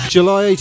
July